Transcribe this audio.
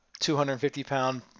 250-pound